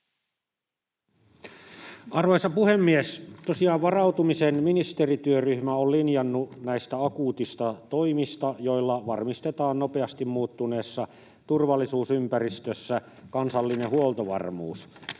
Arvoisa puhemies! Tosiaan varautumisen ministerityöryhmä on linjannut näistä akuuteista toimista, joilla varmistetaan nopeasti muuttuneessa turvallisuusympäristössä kansallinen huoltovarmuus,